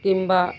কিংবা